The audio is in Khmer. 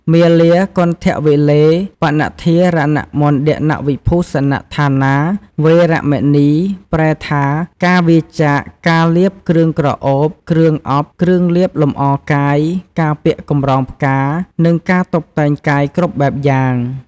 មាលាគន្ធវិលេបនធារណមណ្ឌនវិភូសនដ្ឋានា វេរមណី ប្រែថា ការវៀរចាកការលាបគ្រឿងក្រអូប គ្រឿងអប់ គ្រឿងលាបលម្អកាយ ការពាក់កម្រងផ្កា និងការតុបតែងកាយគ្រប់បែបយ៉ាង។